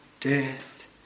death